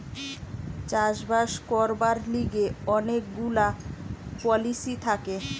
চাষ বাস করবার লিগে অনেক গুলা পলিসি থাকে